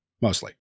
mostly